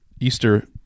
Easter